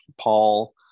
Paul